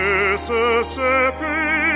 Mississippi